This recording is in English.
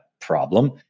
problem